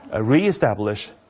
re-establish